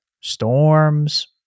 storms